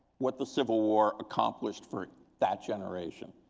what the civil war accomplished for that generation.